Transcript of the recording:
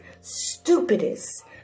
stupidest